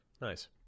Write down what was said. nice